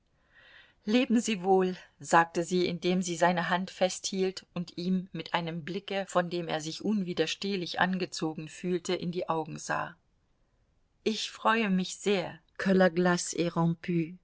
leben sie wohl sagte sie indem sie seine hand festhielt und ihm mit einem blicke von dem er sich unwiderstehlich angezogen fühlte in die augen sah ich freue mich sehr